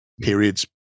periods